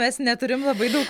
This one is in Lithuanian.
mes neturim labai daug